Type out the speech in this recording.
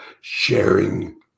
sharing